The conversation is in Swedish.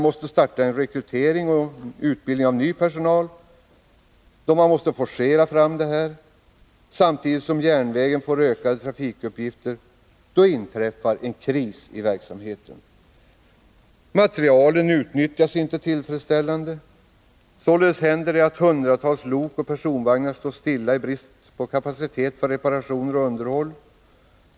Då nu rekrytering och utbildning av ny personal plötsligt måste forceras fram — samtidigt som järnvägen får ökade trafikuppgifter — inträffar en kris i verksamheten. Materielen utnyttjas inte på ett tillfredsställande sätt. Således händer det att hundratals lok och personvagnar står stilla i brist på kapacitet för reparationer och underhåll.